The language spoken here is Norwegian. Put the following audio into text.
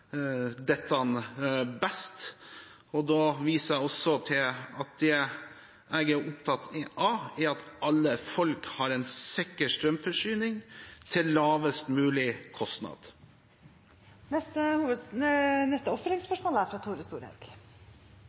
dette best. Og da viser jeg også til at det jeg er opptatt av, er at alle folk har en sikker strømforsyning til lavest mulig kostnad. Tore Storehaug – til oppfølgingsspørsmål. Den utgreiinga som er